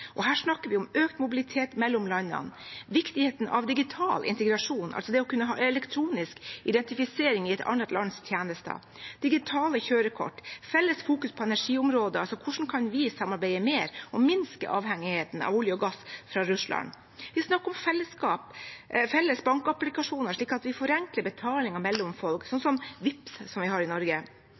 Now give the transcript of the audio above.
og i grensehindergruppen. Der snakker vi om økt mobilitet mellom landene og viktigheten av digital integrasjon – altså å kunne ha elektronisk identifisering i et annet lands tjenester. Vi snakker om digitale kjørekort, felles fokusering på energiområdet – hvordan kan vi samarbeide mer og minske avhengigheten av olje og gass fra Russland? Vi snakker om fellesskap og felles bankapplikasjoner, slik at vi forenkler betalingene mellom folk, som Vipps, som vi har i Norge.